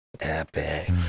epic